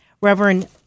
Reverend